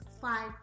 five